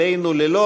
אנחנו עוברים לנושא